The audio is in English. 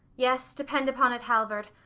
yes depend upon it, halvard,